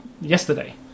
yesterday